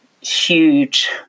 huge